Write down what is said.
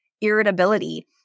irritability